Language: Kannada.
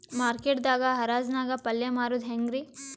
ಮಾರ್ಕೆಟ್ ದಾಗ್ ಹರಾಜ್ ನಾಗ್ ಪಲ್ಯ ಮಾರುದು ಹ್ಯಾಂಗ್ ರಿ?